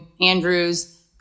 Andrew's